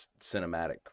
cinematic